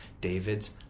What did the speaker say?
David's